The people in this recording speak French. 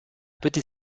petit